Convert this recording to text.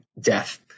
death